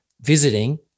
visiting